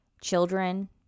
children